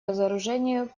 разоружению